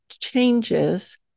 changes